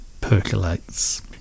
percolates